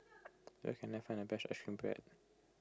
where can I find the best Ice Cream Bread